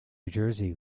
jersey